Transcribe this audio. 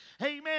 amen